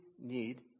need